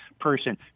person